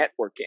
networking